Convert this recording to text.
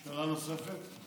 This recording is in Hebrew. שאלה נוספת.